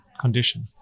condition